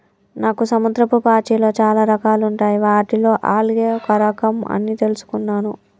నాను సముద్రపు పాచిలో చాలా రకాలుంటాయి వాటిలో ఆల్గే ఒక రఖం అని తెలుసుకున్నాను